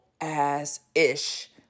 ass-ish